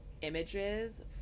images